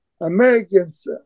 Americans